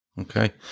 Okay